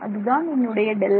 அதுதான் என்னுடைய Δx